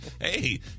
Hey